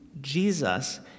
Jesus